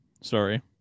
sorry